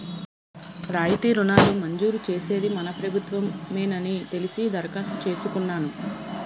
రాయితీ రుణాలు మంజూరు చేసేది మన ప్రభుత్వ మేనని తెలిసి దరఖాస్తు చేసుకున్నాను